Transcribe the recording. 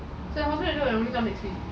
so hopefully it will come next week